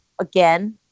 again